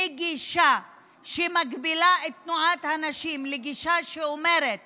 מגישה שמגבילה את תנועת הנשים לגישה שאומרת